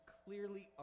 clearly